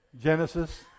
Genesis